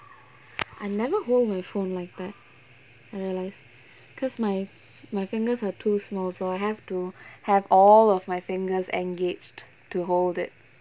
I never hold my phone like that I realise cause my my fingers are too small so I have to have all of my fingers engaged to hold it